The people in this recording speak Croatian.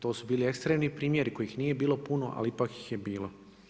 To su bili ekstremni primjeri kojih nije bilo puno ali ipak ih je bilo.